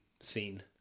scene